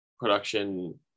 production